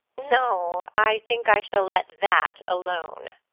no, i think i shall let that alone!